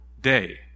day